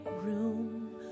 room